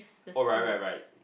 oh right right right